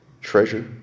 treasure